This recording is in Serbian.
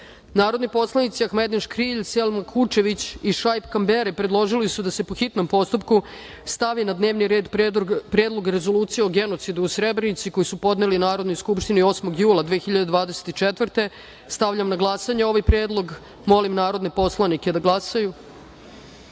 predlog. Narodni poslanici Ahmedin Škrijelj, Selma Kučević i Šaip Kamberi, predložili su da se, po hitnom postupku, stavi na dnevni red Predlog rezolucije o genocidu u Srebrenici, koji su podneli Narodnoj skupštini 8. jula maja 2024. godine. Stavljam na glasanje ovaj predlog. Molim narodne poslanike da